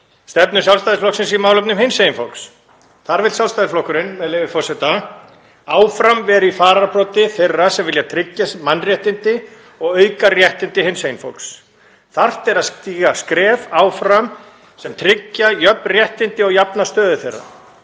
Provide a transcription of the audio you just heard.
stefnu Sjálfstæðisflokksins í málefnum hinsegin fólks. Þar vill Sjálfstæðisflokkurinn, með leyfi forseta: „… áfram vera í fararbroddi þeirra sem vilja tryggja mannréttindi og auka réttindi hinsegin fólks. Þarft er að stíga áfram skref sem tryggja jöfn réttindi og jafna stöðu þeirra.